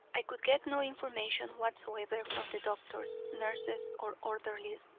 i could get no information whatsoever from the doctors, nurses, or orderlies,